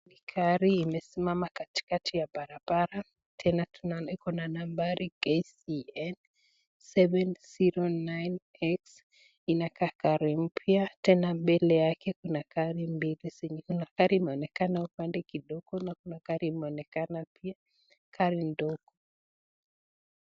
Ni gari imesimama katikati ya barabara. Tena tunaona iko na namba KCN709X. Inakaa gari mpya. Tena mbele yake kuna gari mbili zenye iko na gari imeonekana upande kidogo na kuna gari imeonekana pia gari ndogo.